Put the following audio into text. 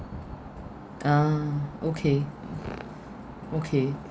uh okay okay